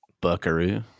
Buckaroo